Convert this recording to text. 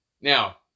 Now